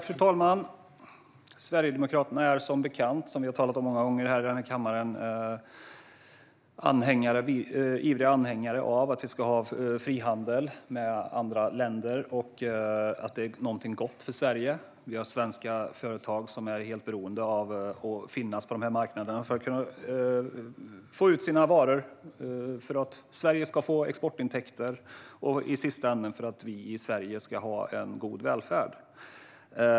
Fru talman! Sverigedemokraterna är som bekant, som vi har talat om många gånger i denna kammare, ivriga anhängare av att vi ska ha frihandel med andra länder. Vi anser att det är någonting gott för Sverige - för att det finns svenska företag som är helt beroende av att finnas på dessa marknader för att kunna få ut sina varor, för att Sverige ska kunna få exportintäkter och i slutändan för att vi i Sverige ska ha god välfärd.